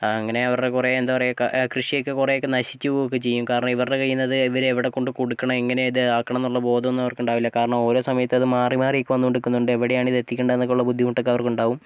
അങ്ങനെ അവരുടെ കുറെ എന്താ പറയാ കൃഷിയൊക്കെ കുറെ ഒക്കെ നശിച്ച് പോകുമൊക്കെ ചെയ്യും കാരണം ഇവരുടെ കയ്യിന്ന് അത് ഇവർ എവിടെ കൊണ്ട് കൊടുക്കണം എങ്ങനെ ഇത് ആക്കണം എന്നുള്ള ബോധമൊന്നും അവർക്ക് ഉണ്ടാവില്ല കാരണം ഓരോ സമയത്തും അത് മാറി മാറി ഒക്കെ വന്നൊണ്ട് നിൽക്കുന്നുണ്ട് എവിടെയാണ് ഇത് എത്തിക്കേണ്ടത് ബുദ്ധിമുട്ടുകൾ ഒക്കെ അവർക്ക് ഉണ്ടാകും